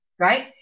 right